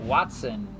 Watson